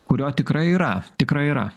kurio tikrai yra tikrai yra